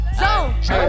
zone